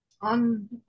on